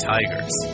Tigers